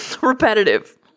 Repetitive